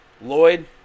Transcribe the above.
Lloyd